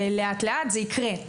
לאט-לאט; זה יקרה.